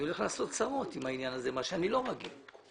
והוא הולך לעשות צרות, דבר שהוא לא רגיל לו.